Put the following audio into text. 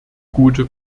gute